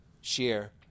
share